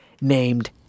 named